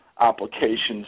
applications